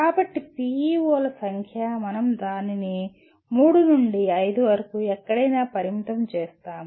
కాబట్టి PEO ల సంఖ్య మనం దానిని మూడు నుండి ఐదు వరకు ఎక్కడైనా పరిమితం చేస్తాము